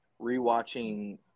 Rewatching